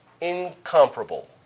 Incomparable